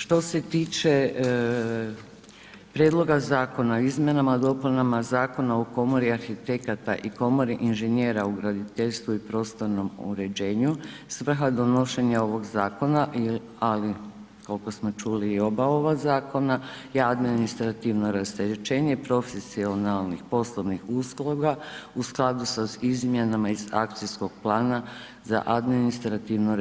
Što se tiče Prijedloga zakona o izmjenama i dopunama Zakona o komori arhitekata i komori inženjera u graditeljstvu i prostornom uređenju, svrha donošenja ovog zakona ali koliko smo čuli i oba ova zakona je administrativno rasterećenje profesionalnih poslovnih usluga u skladu sa izmjenama iz akcijskog plana za administrativno